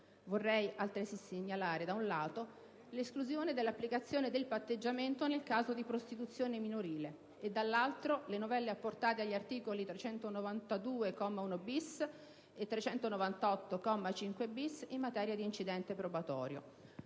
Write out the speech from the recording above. Vorrei altresì segnalare, da un lato, l'esclusione dell'applicazione del patteggiamento nel caso di prostituzione minorile e, dall'altro, le novelle apportate agli articoli 392, comma 1-*bis*, e 398, comma 5-*bis*, in materia di incidente probatorio.